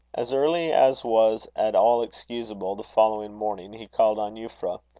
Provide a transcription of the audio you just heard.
as early as was at all excusable, the following morning, he called on euphra.